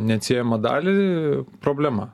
neatsiejamą dalį problema